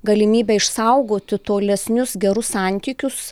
galimybę išsaugoti tolesnius gerus santykius